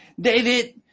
David